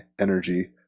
energy